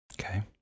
Okay